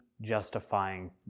justifying